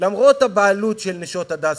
למרות הבעלות של "נשות הדסה"?